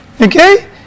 Okay